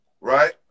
Right